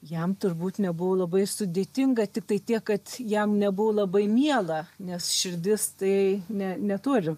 jam turbūt nebuvo labai sudėtinga tiktai tiek kad jam nebuvo labai miela nes širdis tai ne neturi